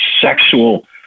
sexual